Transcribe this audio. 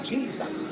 Jesus